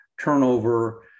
turnover